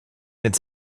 its